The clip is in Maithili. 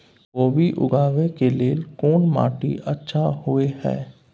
कोबी उगाबै के लेल कोन माटी अच्छा होय है?